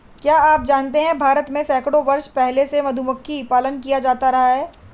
क्या आप जानते है भारत में सैकड़ों वर्ष पहले से मधुमक्खी पालन किया जाता रहा है?